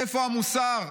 איפה המוסר?